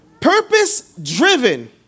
purpose-driven